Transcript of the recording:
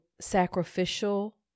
sacrificial